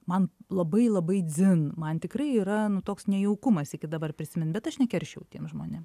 man labai labai dzin man tikrai yra nu toks nejaukumas iki dabar prisimint bet aš nekeršijau tiem žmonėm